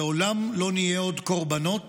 לעולם לא נהיה עוד קורבנות